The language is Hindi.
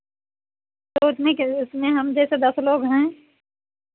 तो उसमें उसमें हम जैसे दस लोग हैं